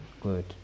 Good